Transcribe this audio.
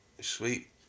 sweet